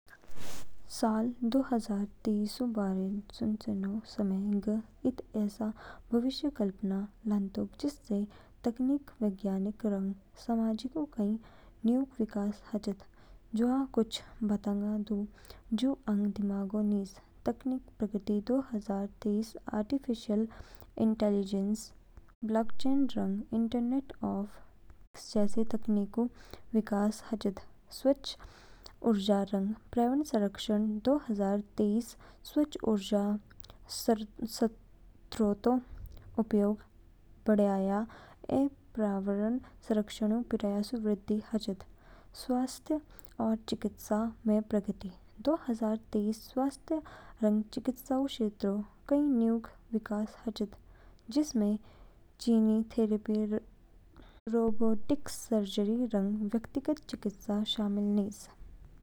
साल दो हजार तेईसऊ बारे सुचेनो समय, ग इद ऐसे भविष्यऊ कल्पना लान्तोक जिसमें तकनीक, विज्ञान रंग समाजऊ कई न्यूग विकास हाचो। जवा कुछ बातंगा दू, जू आंग दिमागऊ निज। तकनीकी प्रगति दो हजार तेईसऊ आर्टिफ़िशियल इंटेलिजेंस, ब्लॉकचेन रंग इंटरनेट ऑफ थिंग्स जैसी तकनीकोंऊ विकास हाचिद। स्वच्छ ऊर्जा रंग पर्यावरण संरक्षण दो हजार तेईसऊ स्वच्छ ऊर्जा स्रोतोंऊ उपयोग बढ़याया ऐ पर्यावरण संरक्षणऊ प्रयासऊ वृद्धि हाचिद। स्वास्थ्य और चिकित्सा में प्रगति दो हजार तेईसऊ स्वास्थ्य रंग चिकित्साऊ क्षेत्रऊ कई न्यूग विकास हाचिद, जिनमें जीन थेरेपी, रोबोटिक्स सर्जरी रंग व्यक्तिगत चिकित्सा शामिल निज।